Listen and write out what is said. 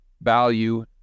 value